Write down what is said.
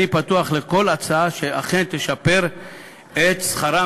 אני פתוח לכל הצעה שאכן תשפר את שכרם